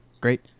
great